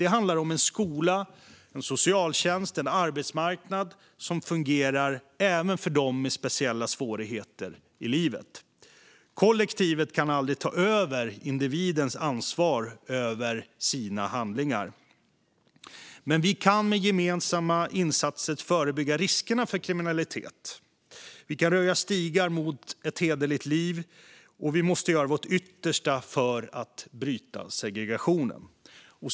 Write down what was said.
Det handlar om en skola, en socialtjänst och en arbetsmarknad som fungerar även för dem med speciella svårigheter i livet. Kollektivet kan aldrig ta över individens ansvar för sina handlingar, men vi kan med gemensamma insatser förebygga riskerna för kriminalitet. Vi kan röja stigar mot ett hederligt liv. Vi måste göra vårt yttersta för att bryta segregationen.